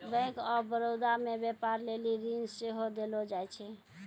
bank of Baroda मे व्यपार लेली ऋण सेहो देलो जाय छै